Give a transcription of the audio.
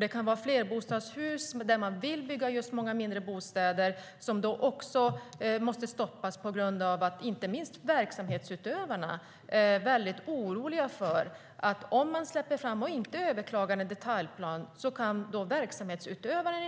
Det kan vara flerbostadshus där man vill bygga många mindre bostäder men som också måste stoppas på grund av att inte minst verksamhetsutövarna är väldigt oroliga för att de i